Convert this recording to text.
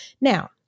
Now